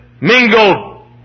mingle